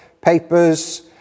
papers